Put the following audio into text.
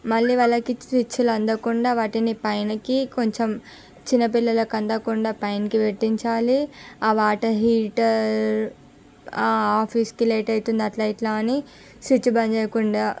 మళ్ళీ వాళ్ళకి స్విచ్చులు అందకుండా వాటిని పైనకి కొంచెం చిన్న పిల్లలకి అందకుండా పైనికి పెట్టించాలి ఆ వాటర్ హీటర్ ఆ ఆఫీసుకి లేట్ అవుతుంది అట్లా ఇట్లా అని స్విచ్ బంద్ చేయకుండా